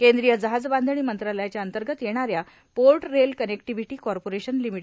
केंद्रीय जहाज बांधणी मंत्रालयाच्या अंतर्गत येणाऱ्या पोर्ट रेल कनेक्टीव्हिटी कॉर्पोरेशन लि